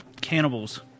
cannibals